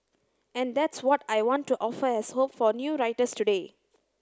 and that's what I want to offer as hope for new writers today